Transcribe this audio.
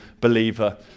believer